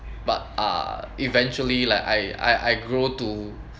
but uh eventually like I I I grow to